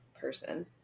person